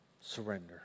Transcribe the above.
Surrender